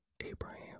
Abraham